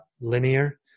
linear